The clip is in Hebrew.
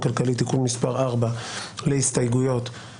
-- כל האירוע הזה הוא בגלל הדברים האלה.